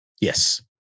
Yes